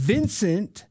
Vincent